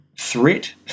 threat